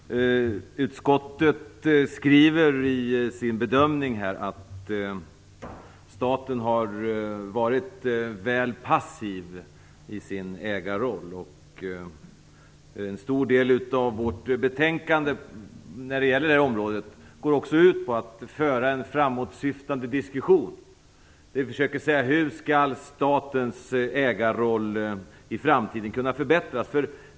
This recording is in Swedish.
Fru talman! Utskottet skriver i sin bedömning att staten har varit väl passiv i sin ägarroll. En stor del av vårt betänkande när det gäller det här området går också ut på att föra en framåtsyftande diskussion. Vi försöker säga: Hur skall statens ägarroll i framtiden kunna förbättras?